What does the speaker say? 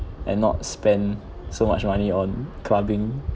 and not spend so much money on clubbing